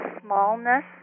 smallness